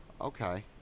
Okay